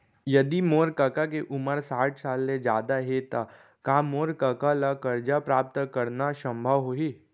यदि मोर कका के उमर साठ साल ले जादा हे त का मोर कका ला कर्जा प्राप्त करना संभव होही